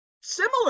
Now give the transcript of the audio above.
similar